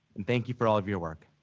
and thank you for all of your work.